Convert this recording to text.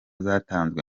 zatanzwe